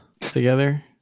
together